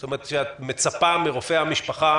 זאת אומרת שאת מצפה מרופאי המשפחה